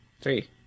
Three